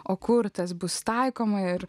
o kurtas bus taikoma ir